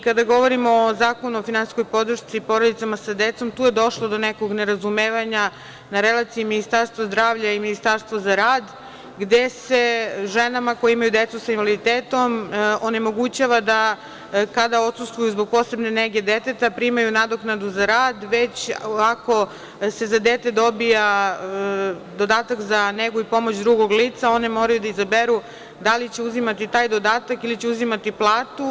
Kada govorimo o Zakonu o finansijskoj podršci porodicama sa decom, tu je došlo do nekog nerazumevanja na relaciji Ministarstvo zdravlja i Ministarstvo za rad gde se ženama koje imaju decu sa invaliditetom onemogućava da kada odsustvuju zbog posebne nege deteta primaju nadoknadu za rad, već ako se za dete dobija dodatak za negu i pomoć drugog lica one moraju da izaberu da li će uzimati taj dodatak ili će uzimati platu.